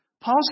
Paul